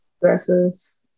dresses